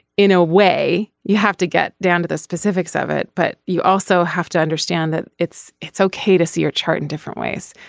in a way you have to get down to the specifics of it but you also have to understand that it's it's okay to see your chart in different ways.